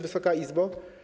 Wysoka Izbo!